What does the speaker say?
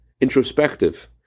introspective